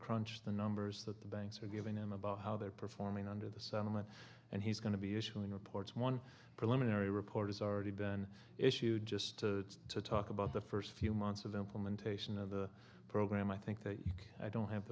crunch the numbers that the banks are giving him about how they're performing under the settlement and he's going to be issuing reports one preliminary report has already been issued just to talk about the first few months of implementation of the program i think that i don't have